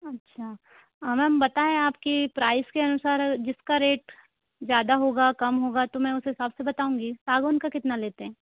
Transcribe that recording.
अच्छा मैम बताएं आप के प्राईस के अनुसार जिसका रेट ज़्यादा होगा कम होगा तो मैं उस हिसाब से बताऊंगी सागौन का कितना लेते हैं